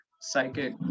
psychic